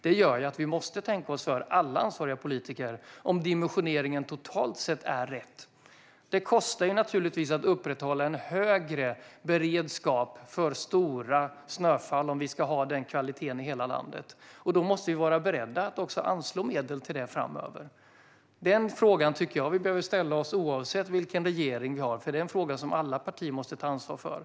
Det gör att vi alla ansvariga politiker måste tänka oss för när det gäller om dimensioneringen totalt sett är rätt. Det kostar att upprätthålla en högre beredskap för stora snöfall om vi ska ha denna kvalitet i hela landet, och då måste vi också vara beredda att anslå medel till det framöver. Denna fråga tycker jag att vi behöver ställa oss oavsett vilken regering vi har, för det är en fråga som alla partier måste ta ansvar för.